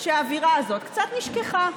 שהאווירה הזאת קצת נשכחה,